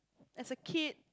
as a kid